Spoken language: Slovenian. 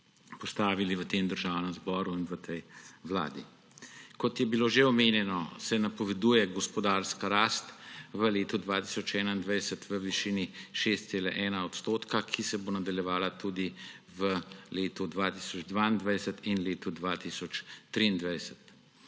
postavili v tem državnem zboru in v tej vladi. Kot je bilo že omenjeno se napoveduje gospodarska rast v letu 2021 v višini 6,1 %, ki se bo nadaljevala tudi v letu 2022 in letu 2023.